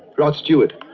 rod steward.